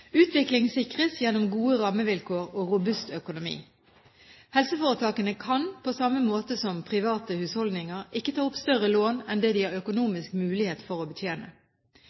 Utvikling sikres gjennom gode rammevilkår og robust økonomi. Helseforetakene kan – på samme måte som private husholdninger – ikke ta opp større lån enn det de har økonomisk mulighet for å betjene.